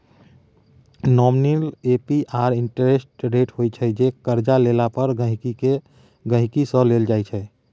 nominal APR interest rate होइ छै जे करजा लेला पर गांहिकी सँ लेल जाइ छै